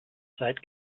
zeit